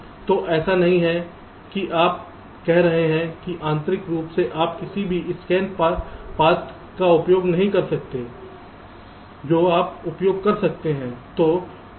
तो ऐसा नहीं है कि आप कह रहे हैं कि आंतरिक रूप से आप किसी भी स्कैन पथ का उपयोग नहीं कर सकते हैं जो आप उपयोग कर सकते हैं